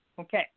Okay